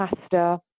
pasta